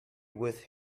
with